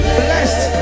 blessed